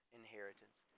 inheritance